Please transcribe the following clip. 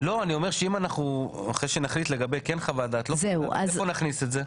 אני אומר שאם אנחנו אחרי שנחליט לגבי כן חוות דעת איפה נכניס את זה?